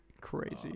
Crazy